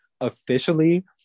officially